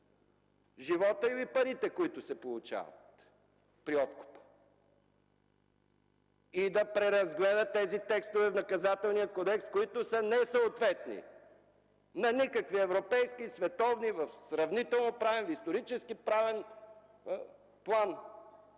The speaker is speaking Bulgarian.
животът или парите, които се получават при откупа, и да преразгледа тези текстове в Наказателния кодекс, които са несъответни на никакви европейски, световни в сравнително-правен, в историческо-правен план.